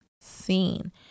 seen